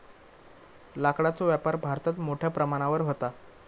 लाकडाचो व्यापार भारतात मोठ्या प्रमाणावर व्हता